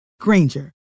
Granger